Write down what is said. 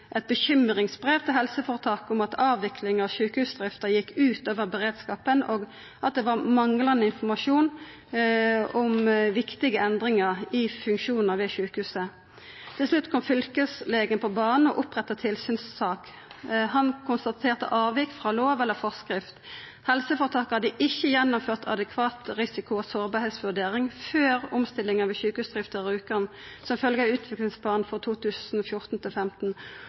eit bekymringsbrev til helseføretaket om at avviklinga av sjukehusdrifta gjekk ut over beredskapen, og at det var manglande informasjon om viktige endringar i funksjonar ved sjukehuset. Til slutt kom fylkeslegen på banen og oppretta tilsynssak. Han konstaterte avvik frå lov eller forskrift. Helseføretaket hadde ikkje gjennomført «adekvate risiko- og sårbarhetsvurderinger før omstillingen ved sykehusdriften i Rjukan som følge av Utviklingsplanen for